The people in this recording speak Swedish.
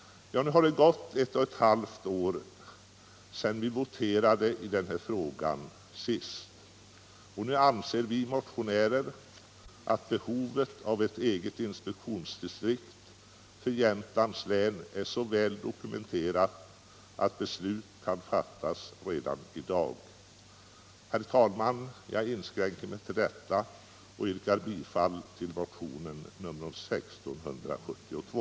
Det har nu gått ett och ett halvt år sedan vi senast voterade i denna fråga. Vi motionärer anser att behovet av ett eget inspektionsdistrikt för Jämtlands län är så väl dokumenterat att beslut kan fattas redan i dag. Herr talman! Jag yrkar bifall till motionen 1976/77:1672.